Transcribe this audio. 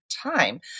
time